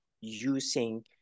using